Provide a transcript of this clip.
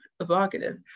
evocative